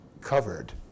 covered